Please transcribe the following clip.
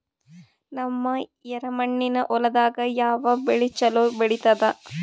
ನಮ್ಮ ಎರೆಮಣ್ಣಿನ ಹೊಲದಾಗ ಯಾವ ಬೆಳಿ ಚಲೋ ಬೆಳಿತದ?